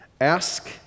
Ask